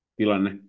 tilanne